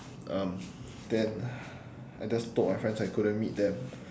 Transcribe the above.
um then I just told my friends I couldn't meet them